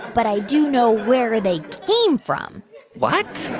but i do know where they came from what?